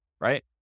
Right